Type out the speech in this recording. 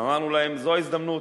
אמרנו להם: זו הזדמנות.